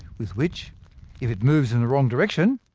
with which if it moves in a wrong direction,